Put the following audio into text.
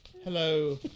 hello